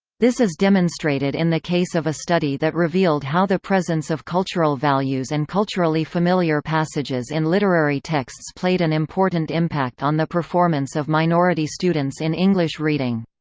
this is demonstrated in the case of a study that revealed how the presence of cultural values and culturally familiar passages in literary texts played an important impact on the performance of minority students in english reading.